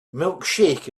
milkshake